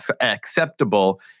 acceptable